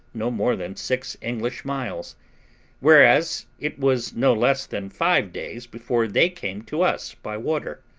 no more than six english miles whereas it was no less than five days before they came to us by water,